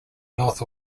north